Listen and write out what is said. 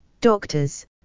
doctors